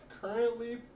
currently